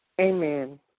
Amen